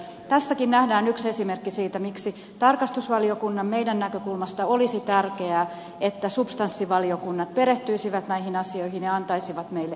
tässäkin nähdään yksi esimerkki siitä miksi tarkastusvaliokunnan näkökulmasta olisi tärkeää että substanssivaliokunnat perehtyisivät näihin asioihin ja antaisivat meille evästystä